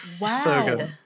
Wow